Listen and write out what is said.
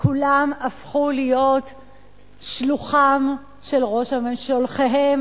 כולם הפכו להיות שלוחיהם של ראש הממשלה,